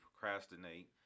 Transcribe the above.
procrastinate